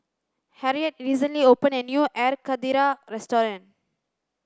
harriet recently opened a new air karthira restaurant